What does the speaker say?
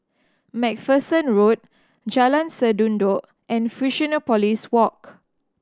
Macpherson Road Jalan Sendudok and Fusionopolis Walk